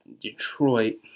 Detroit